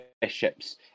bishops